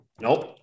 Nope